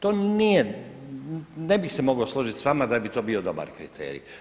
To nije, ne bih se mogao složiti sa vama da bi to bio dobar kriterij.